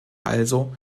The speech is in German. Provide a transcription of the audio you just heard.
also